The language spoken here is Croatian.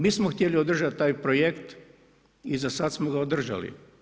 Mi smo htjeli održati taj projekt i za sada smo održali.